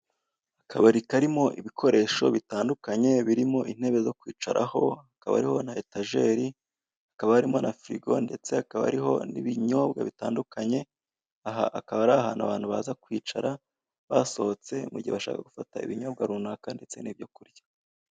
Akabari karimo ibikoresho bitandukanye birimo intebe zo kwicaraho, akaba hariho na etajeri, hakaba harimo na firigo ndetse hakaba hariho n'ibinyobwa bitandukanye; hakaba ari ahantu heza abantu baza kwicara basohotse, mu gihe bashaka gufata ibinyobwa runaka n'ibyo kurya.